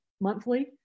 monthly